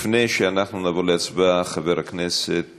לפני שאנחנו נעבור להצבעה, חבר הכנסת